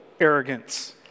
arrogance